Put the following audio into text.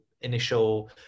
initial